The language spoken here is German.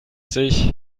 sich